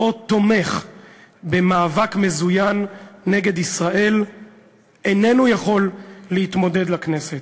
או תומך במאבק מזוין נגד ישראל איננו יכול להתמודד לכנסת.